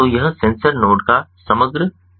तो यह sensor node का समग्र डिजाइन है